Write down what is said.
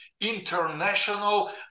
international